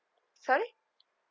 sorry